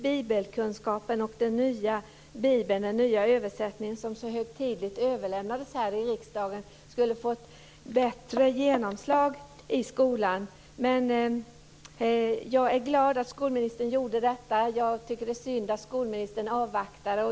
Bibelkunskapen och den nya bibelöversättning som så högtidligt överlämnades här i riksdagen skulle då ha fått ett bättre genomslag i skolan. Jag är dock glad att skolministern gjorde detta, även om jag tycker att det är synd att hon avvaktade.